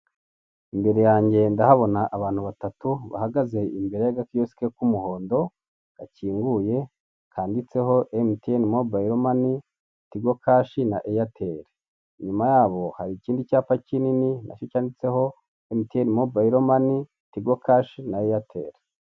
Imbere yange ndahabona abantu batatu bahagaze imbere yagakiyosike k' umuhondo gakinguye kanditseho MTN Mobile Money, Tigo cash na Airtel. Inyuma yabo naho hari ikindi cyapa kinini nacyo cyanditseho MTN Mobile Money, Tigo cash na Airtel.